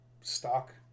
stock